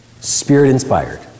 Spirit-inspired